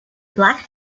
black